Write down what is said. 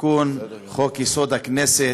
לתיקון חוק-יסוד: הכנסת,